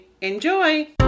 Enjoy